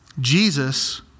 Jesus